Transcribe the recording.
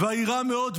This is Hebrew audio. "וירא --- מאד",